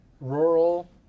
rural